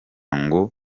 ngo